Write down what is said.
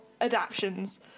adaptions